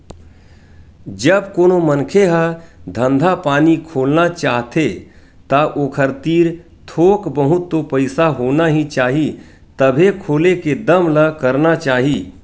जब कोनो मनखे ह धंधा पानी खोलना चाहथे ता ओखर तीर थोक बहुत तो पइसा होना ही चाही तभे खोले के दम ल करना चाही